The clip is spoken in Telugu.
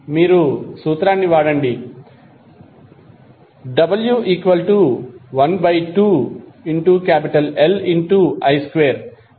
మీరు సూత్రాన్ని వాడండి w12Li2120